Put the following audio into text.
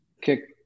kick